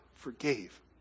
forgave